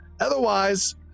otherwise